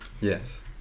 Yes